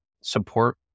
support